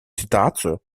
ситуацию